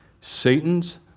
Satan's